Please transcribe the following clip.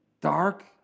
dark